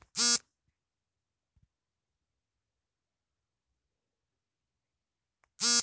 juvenile geoduck ಪರಭಕ್ಷಕಗಳಿಂದ ಆಕ್ರಮಣಕ್ಕೆ ಒಳಗಾಗುತ್ತವೆ ಅವುಗಳು ತಲಾಧಾರದೊಳಗೆ ಆಳವಾಗಿ ಬಿಲವನ್ನು ಮಾಡಿಲ್ಲ